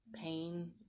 pain